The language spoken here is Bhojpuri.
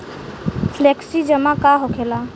फ्लेक्सि जमा का होखेला?